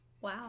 Wow